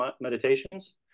meditations